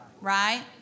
right